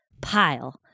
pile